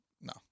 no